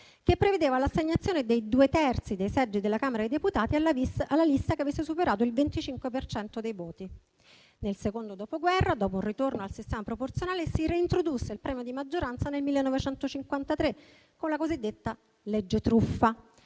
che prevedeva l'assegnazione dei due terzi dei seggi della Camera dei deputati alla lista che avesse superato il 25 per cento dei voti. Nel secondo Dopoguerra, dopo un ritorno al sistema proporzionale, si reintrodusse il premio di maggioranza nel 1953, con la cosiddetta "legge truffa",